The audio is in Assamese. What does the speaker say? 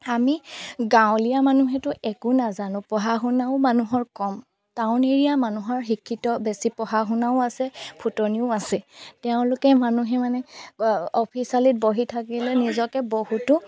আমি গাঁৱলীয়া মানুহেতো একো নাজানো পঢ়া শুনাও মানুহৰ কম টাউন এৰিয়াৰ মানুহৰ শিক্ষিত বেছি পঢ়া শুনাও আছে ফুটনিও আছে তেওঁলোকে মানুহে মানে অফিচত বহি থাকিলে নিজকে বহুতো